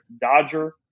Dodger